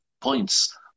points